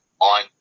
on